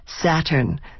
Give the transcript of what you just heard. Saturn